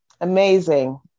amazing